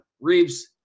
Reeves